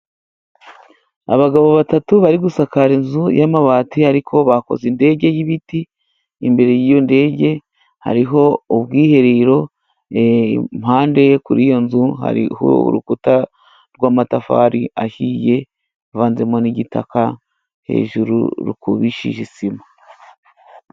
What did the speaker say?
Abagabo batatu bari gusakara inzu y'amabati，ariko bakoze indege y'ibiti， imbere y’iyo ndege， hariho ubwiherero ku mpande， kuri iyo nzu hariho urukuta rw'amatafari ahiye， avanzemo n'igitaka hejuru rukubishije sima.